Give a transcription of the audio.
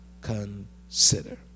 consider